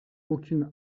aucune